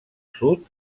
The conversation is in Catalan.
sud